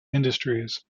industries